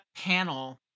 panel